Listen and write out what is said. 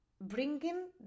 bringing